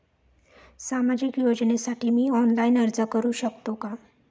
सामाजिक योजनेसाठी मी ऑनलाइन अर्ज करू शकतो का?